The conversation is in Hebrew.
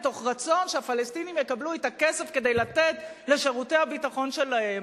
מתוך רצון שהפלסטינים יקבלו את הכסף כדי לתת לשירותי הביטחון שלהם,